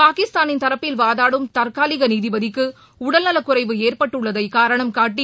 பாகிஸ்தானின் தரப்பில் வாதாடும் தற்காலிக நீதிபதிக்கு உடல்நலக்குறைவு ஏற்பட்டுள்ளதை காரணம்காட்டி